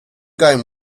going